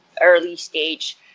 early-stage